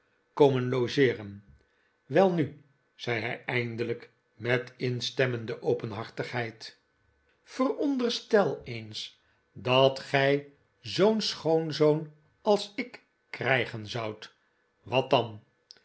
komen logeeren welnu zei hij eindelijk met innemende openhartigheid veronderstel eens dat de bruid'sschat van pecksniff's dochters gi zoo'n schoonzoon als ik krijgen zoudt wat dan